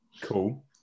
cool